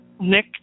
Nick